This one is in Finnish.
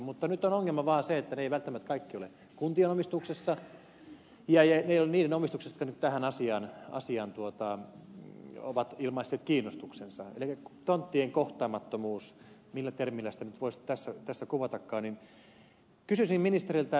mutta nyt on ongelma vaan se että ne eivät välttämättä kaikki ole kuntien omistuksessa ja kunnat niiden omistuksesta nyt tähän asiaan ovat ilmaisseet kiinnostuksensa elikkä kun on olemassa tonttien kohtaamattomuus millä termillä sitä nyt voisi tässä kuvatakaan niin kysyisin ministeriltä